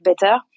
better